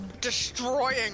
destroying